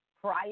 prior